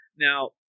Now